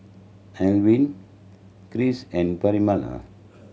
Elvin Chris and Pamella